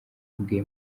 bwe